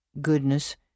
goodness